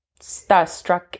starstruck